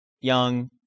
young